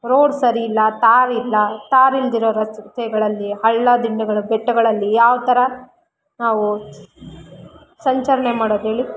road ಸರಿ ಇಲ್ಲ tar ಇಲ್ಲ ತಾರ್ ಇಲ್ಲದಿರೋ ರಸ್ತೆಗಳಲ್ಲಿ ಹಳ್ಳ ದಿಣ್ಣೆಗಳು ಬೆಟ್ಟಗಳಲ್ಲಿ ಯಾವ ಥರ ನಾವು ಸಂಚಲನೆ ಮಾಡೋದು ಹೇಳಿ